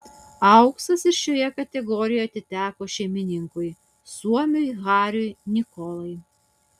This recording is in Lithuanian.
auksas ir šioje kategorijoje atiteko šeimininkui suomiui hariui nikolai